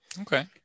okay